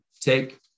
take